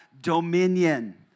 dominion